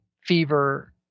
fever